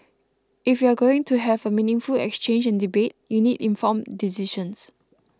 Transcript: if you're going to have a meaningful exchange and debate you need informed decisions